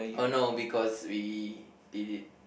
oh no because we did it